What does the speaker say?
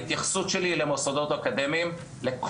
את האקדמיה ולהפוך אותה לעוד יותר מצוינת ממה שהיא שזה,